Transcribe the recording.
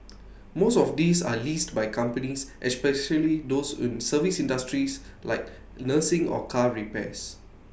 most of these are leased by companies especially those in service industries like nursing or car repairs